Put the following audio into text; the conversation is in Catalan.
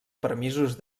permisos